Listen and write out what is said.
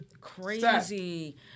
crazy